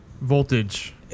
voltage